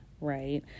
right